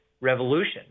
revolution